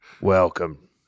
Welcome